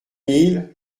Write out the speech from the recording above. mille